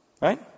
Right